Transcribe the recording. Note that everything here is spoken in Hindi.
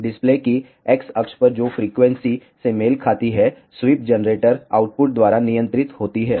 डिस्प्ले की X अक्ष जो फ्रीक्वेंसी से मेल खाती है स्वीप जनरेटर आउटपुट द्वारा नियंत्रित होती है